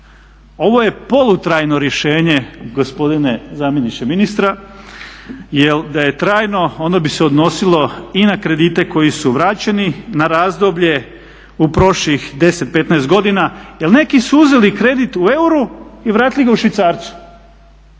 ovo je polutrajno rješenje gospodine zamjeniče ministra jer da je trajno ono bi se odnosilo i na kredite koji su vraćeni, na razdoblje u prošlih 10, 15 godina jer neki su uzeli kredit u euru i vratili ga u švicarcu